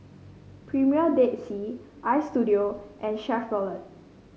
Premier Dead Sea Istudio and Chevrolet